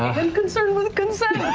and concerned with consent?